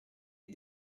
est